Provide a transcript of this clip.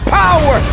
power